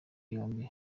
yombi